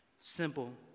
Simple